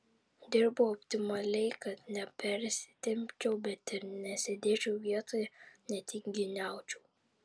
dirbau optimaliai kad nepersitempčiau bet ir nesėdėčiau vietoje netinginiaučiau